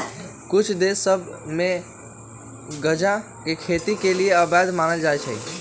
कुछ देश सभ में गजा के खेती के अवैध मानल जाइ छै